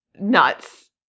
nuts